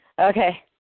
Okay